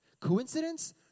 Coincidence